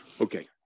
okay